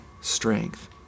strength